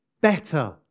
better